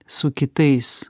su kitais